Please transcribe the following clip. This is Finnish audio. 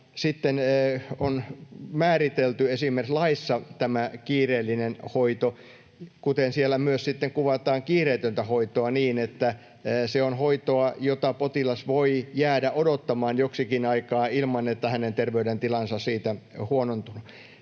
sitten on määritelty esimerkiksi laissa tämä kiireellinen hoito, kuten siellä myös sitten kuvataan kiireetöntä hoitoa niin, että se on hoitoa, jota potilas voi jäädä odottamaan joksikin aikaa ilman, että hänen terveydentilansa siitä huonontuu.